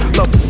Love